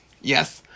Yes